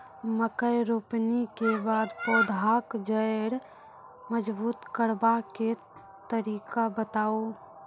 मकय रोपनी के बाद पौधाक जैर मजबूत करबा के तरीका बताऊ?